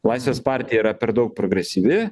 laisvės partija yra per daug progresyvi